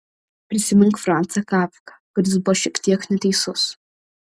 prisimink francą kafką kuris buvo šiek tiek neteisus